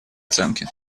оценки